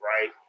Right